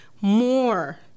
more